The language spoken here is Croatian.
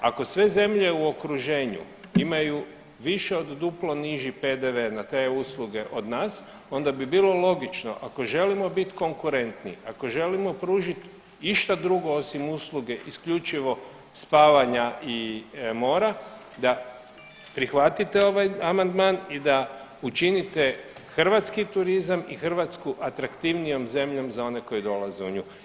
Ako sve zemlje u okruženju imaju više od duplo niži PDV na te usluge od nas onda bi bilo logično ako želimo biti konkurentni, ako želimo pružiti išta drugo osim usluge isključivo spavanja i mora, da prihvatite ovaj amandman i da učinite hrvatski turizam i Hrvatsku atraktivnijom zemljom za one koji dolaze u nju.